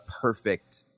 perfect